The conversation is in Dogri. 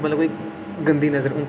मतलब कोई गंदी नजर